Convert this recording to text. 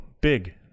big